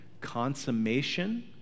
consummation